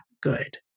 good